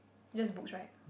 just book right